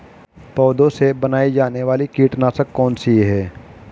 पौधों से बनाई जाने वाली कीटनाशक कौन सी है?